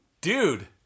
Dude